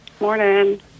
Morning